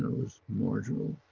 was marginal.